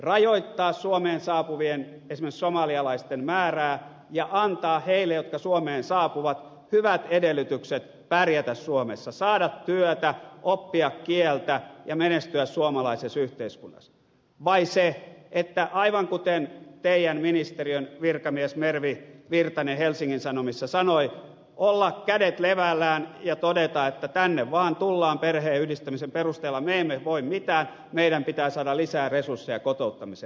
rajoittaa suomeen saapuvien esimerkiksi somalialaisten määrää ja antaa niille jotka suomeen saapuvat hyvät edellytykset pärjätä suomessa saada työtä oppia kieltä ja menestyä suomalaisessa yhteiskunnassa vai aivan kuten teidän ministeriönne virkamies mervi virtanen helsingin sanomissa sanoi olla kädet levällään ja todeta että tänne vaan tullaan perheenyhdistämisen perusteella me emme voi mitään meidän pitää saada lisää resursseja kotouttamiseen